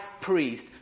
priest